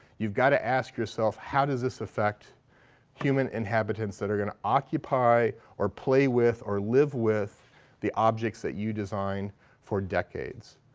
you've got to ask yourself, how does this affect human inhabitants that are going to occupy or play with or live with the objects that you design for decades.